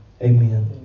Amen